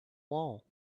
wall